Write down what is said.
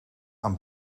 aan